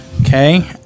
Okay